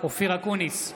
אופיר אקוניס,